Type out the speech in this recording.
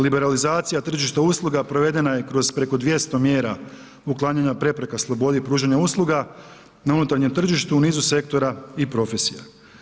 Liberalizacija tržišta usluga provedena je kroz preko 200 mjera uklanjanja prepreka slobodi pružanja usluga, na unutarnjem tržištu u nizu sektora i profesija.